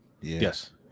Yes